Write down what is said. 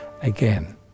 again